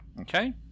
okay